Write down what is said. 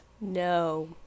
No